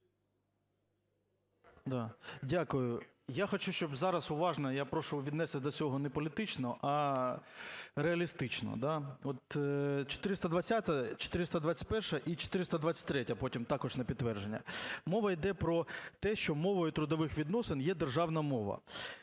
дякую. Я хочу, щоб зараз уважно, я прошу віднестись до цього не політично, а реалістично, да. От 420, 421 і 423-я потім також на підтвердження. Мова йде про те, що мовою трудових відносин є державна мова.